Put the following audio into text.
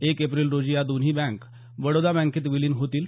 एक एप्रिल रोजी या दोन्ही बँक बडोदा बँकेत विलीन होतील